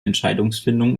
entscheidungsfindung